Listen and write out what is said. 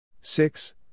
Six